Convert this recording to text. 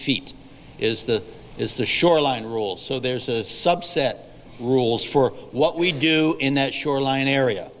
feet is the is the shoreline rules so there's a subset rules for what we do in that shoreline area